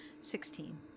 Sixteen